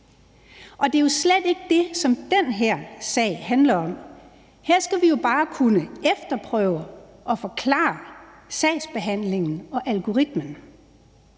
og det er jo slet ikke det, som den her sag handler om. Her skal vi jo bare kunne efterprøve og forklare sagsbehandlingen og algoritmen.